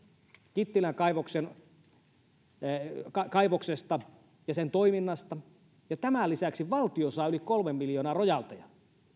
kittilän kaivoksesta ja sen toiminnasta ja tämän lisäksi valtio saa yli kolme miljoonaa rojalteja